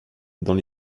dans